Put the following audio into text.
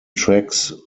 tracks